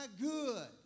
good